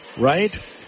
Right